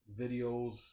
videos